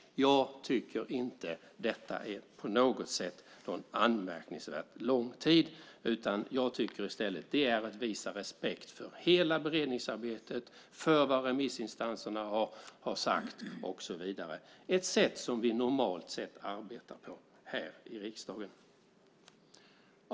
Jag tycker inte att detta på något sätt är någon anmärkningsvärt lång tid. Det är i stället att visa respekt för hela beredningsarbetet och vad remissinstanserna har sagt och så vidare. Det är ett sätt som vi normalt sett arbetar på här i riksdagen.